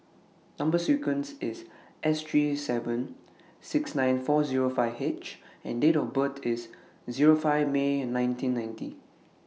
Number sequence IS S three seven six nine four Zero five H and Date of birth IS Zero five May nineteen ninety